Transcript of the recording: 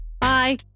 Bye